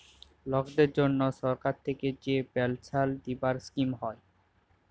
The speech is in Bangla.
লকদের জনহ সরকার থাক্যে যে পেলসাল দিবার স্কিম হ্যয়